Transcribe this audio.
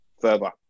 further